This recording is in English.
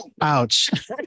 Ouch